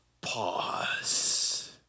Pause